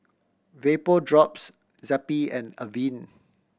Vapodrops Zappy and Avene